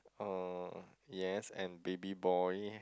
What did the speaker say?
uh yes and baby boy